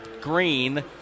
Green